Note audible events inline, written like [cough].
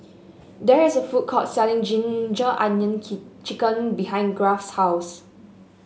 there is a food court selling ginger onion [unintelligible] chicken behind Garth's house